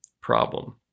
problem